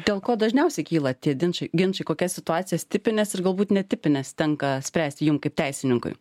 dėl ko dažniausiai kyla tie ginčai ginčai kokias situacijas tipines ir galbūt netipines tenka spręsti jums kaip teisininkui